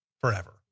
forever